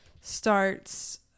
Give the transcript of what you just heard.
starts